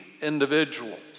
individuals